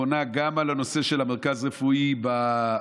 והיא פונה גם על הנושא של המרכז הרפואי בפריפריה.